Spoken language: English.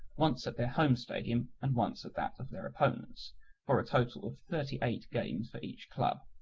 once at their home stadium and once at that of their opponents for a total of thirty eight games for each club,